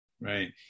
Right